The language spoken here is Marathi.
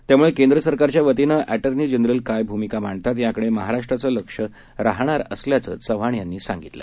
त्यामुळे केंद्र सरकारच्या वतीने अर्स्जी जनरल काय भूमिका मांडतात याकडे महाराष्ट्राचं लक्ष राहणार असल्याच चव्हाण म्हणाले